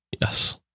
Yes